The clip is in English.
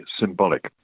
symbolic